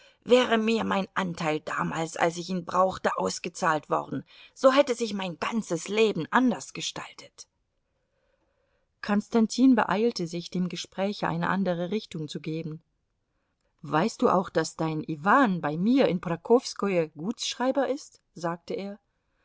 wäre mir mein anteil damals als ich ihn brauchte ausgezahlt worden so hätte sich mein ganzes leben anders gestaltet konstantin beeilte sich dem gespräche eine andere richtung zu geben weißt du auch daß dein iwan bei mir in pokrowskoje gutsschreiber ist sagte er